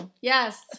Yes